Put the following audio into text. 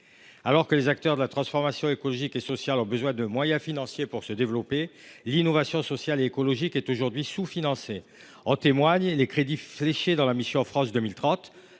Alors que les acteurs de la transformation écologique et sociale ont besoin de moyens financiers pour se développer, l’innovation sociale et écologique est aujourd’hui sous financée. En témoignent les crédits fléchés dans la mission France 2030